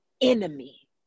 enemy